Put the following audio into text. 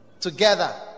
together